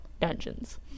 dungeons